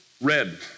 Red